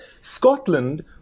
scotland